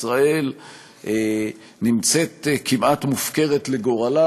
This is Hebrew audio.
ישראל נמצאת כמעט מופקרת לגורלה,